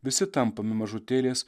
visi tampame mažutėlės